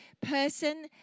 person